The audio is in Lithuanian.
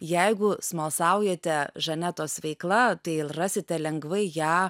jeigu smalsaujate žanetos veikla rasite lengvai ją